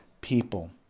people